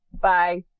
Bye